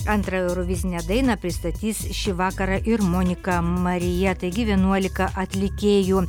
antrą eurovizinę dainą pristatys šį vakarą ir monika marija taigi vienuolika atlikėjų